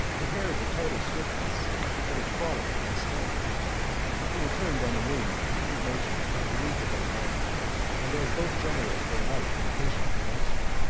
compared the tartar swiftness to the crawling of a snail he returned on the wings of indignation to the relief of angora and as both generals were alike impatient for action,